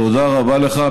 תודה רבה לך,